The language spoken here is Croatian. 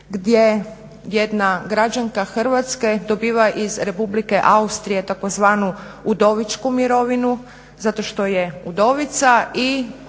gdje jedna građanka Hrvatske dobiva iz Republike Austrije tzv. udovičku mirovinu zato što je udovica i